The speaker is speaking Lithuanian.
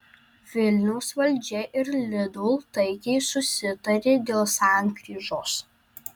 vilniaus valdžia ir lidl taikiai susitarė dėl sankryžos